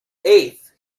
eighth